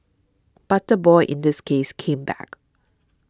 but the boy in this case came back